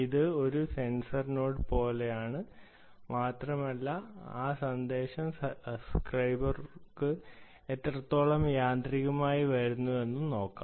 ഇത് ഒരു sensor node പോലെയാണ് മാത്രമല്ല ആ സന്ദേശം സബ്സ്ക്രൈബർക്ക് എത്രത്തോളം യാന്ത്രികമായി വരുന്നുവെന്ന് നോക്കാം